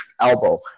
elbow